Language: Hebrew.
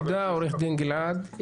תודה, עורך דין גלעד.